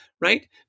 right